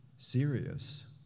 Serious